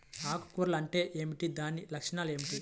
ఆకు కర్ల్ అంటే ఏమిటి? దాని లక్షణాలు ఏమిటి?